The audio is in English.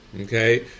okay